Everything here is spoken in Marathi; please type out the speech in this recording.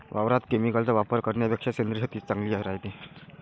वावरात केमिकलचा वापर करन्यापेक्षा सेंद्रिय शेतीच चांगली रायते